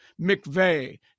mcveigh